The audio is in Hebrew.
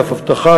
אגף אבטחה,